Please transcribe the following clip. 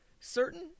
certain